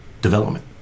development